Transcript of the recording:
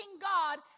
God